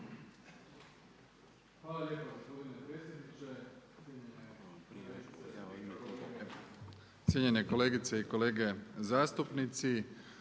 Hvala lijepa gospodine predsjedniče, cijenjene kolegice i kolege zastupnici.